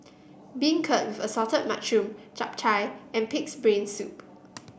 Beancurd Assorted Mushroom Chap Chai and pig's brain soup